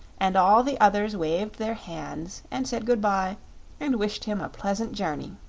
and all the others waved their hands and said good-bye and wished him a pleasant journey.